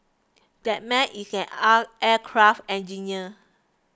that man is an ah aircraft engineer